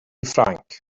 ffrainc